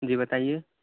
جی بتائیے